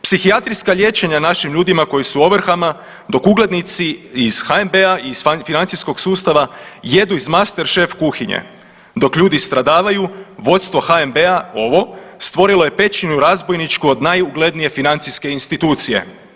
Psihijatrijska liječenja našim ljudima koji su u ovrhama dok uglednici iz HNB-a, iz financijskog sustava jedu iz Masterchef kuhinje dok ljudi stradavaju vodstvo HNB-a ovo stvorilo je pećinu razbojničku od najuglednije financijske institucije.